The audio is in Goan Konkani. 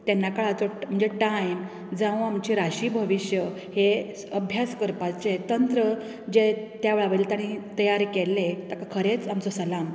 तेन्ना काळाचो ट म्हणजे टायम जावं आमचे राशी भविश्य हे अभ्यास करपाचे तंत्र जे त्या वेळा वयलें तांणी तयार केल्ले ताका खरेंच आमचो सलाम